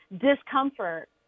discomfort